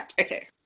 Okay